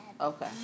Okay